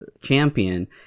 champion